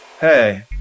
Hey